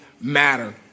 matter